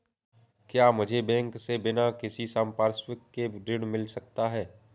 क्या मुझे बैंक से बिना किसी संपार्श्विक के ऋण मिल सकता है?